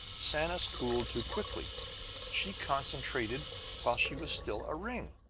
sanus cooled too quickly she concentrated while she was still a ring!